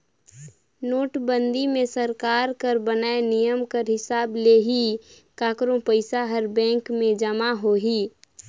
नोटबंदी मे सरकार कर बनाय नियम कर हिसाब ले ही काकरो पइसा हर बेंक में जमा होही